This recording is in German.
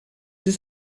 ist